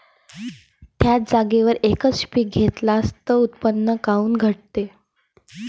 थ्याच जागेवर यकच पीक घेतलं त उत्पन्न काऊन घटते?